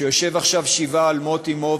שיושב עכשיו שבעה במות אמו,